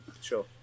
sure